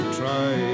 try